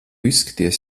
izskaties